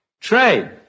trade